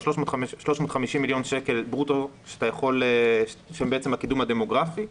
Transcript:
או 350 מיליון שקל ברוטו שהם בעצם הקידום הדמוגרפי,